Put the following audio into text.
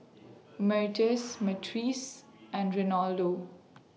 Myrtis Myrtice and Reynaldo